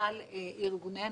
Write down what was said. ארגוני הנשים,